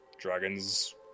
Dragons